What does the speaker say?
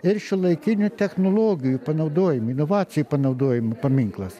ir šiuolaikinių technologijų panaudojimo inovacijų panaudojimo paminklas